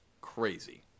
crazy